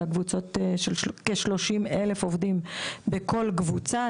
זה הקבוצות של כ-30,000 אלף עובדים בכל קבוצה.